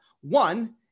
One